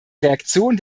reaktion